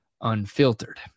Unfiltered